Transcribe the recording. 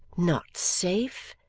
not safe!